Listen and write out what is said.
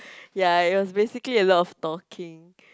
ya it was basically a lot of talking